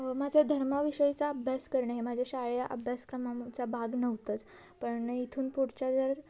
माझ्या धर्माविषयीचा अभ्यास करणे हे माझ्या शाळे अभ्यासक्रमांचा भाग नव्हतंच पण इथून पुढच्या जर